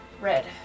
Red